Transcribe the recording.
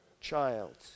child